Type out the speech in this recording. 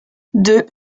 deux